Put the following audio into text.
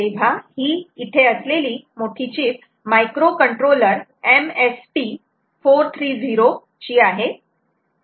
तेव्हा ही इथे असलेली मोठी चीप मायक्रो कंट्रोलर MSP 430 ची आहे